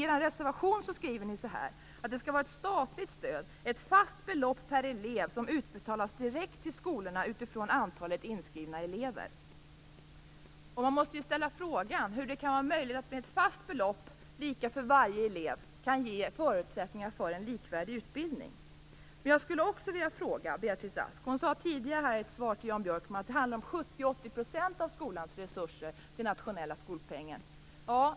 I er reservation skriver ni att det skall vara ett statligt stöd, ett fast belopp per elev som utbetalas direkt till skolorna utifrån antalet inskrivna elever. Man måste ju ställa frågan hur det kan vara möjligt att med ett fast belopp, lika för varje elev, ge förutsättningar för en likvärdig utbildning. Beatrice Ask sade tidigare i ett svar till Jan Björkman att det handlar om 70-80 % av skolans resurser till den nationella skolpengen.